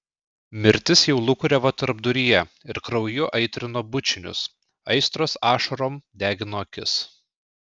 mirtis jau lūkuriavo tarpduryje ir krauju aitrino bučinius aistros ašarom degino akis